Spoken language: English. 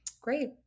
great